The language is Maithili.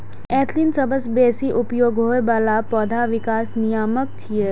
एथिलीन सबसं बेसी उपयोग होइ बला पौधा विकास नियामक छियै